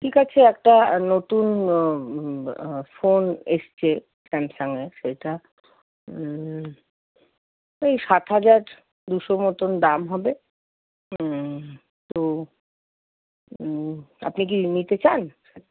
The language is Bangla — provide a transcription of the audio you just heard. ঠিক আছে একটা নতুন ফোন এসেছে স্যামসাংয়ের সেটা ওই সাত হাজার দুশো মতন দাম হবে হুম তো হুম আপনি কি নিতে চান